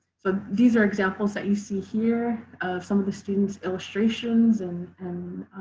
so these are examples that you see here of some of the students illustrations and and